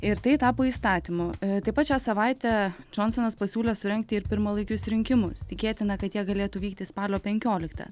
ir tai tapo įstatymu taip pat šią savaitę džonsonas pasiūlė surengti ir pirmalaikius rinkimus tikėtina kad jie galėtų vykti spalio penkioliktą